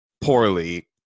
poorly